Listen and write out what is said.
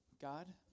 God